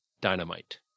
dynamite